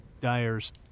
Dyer's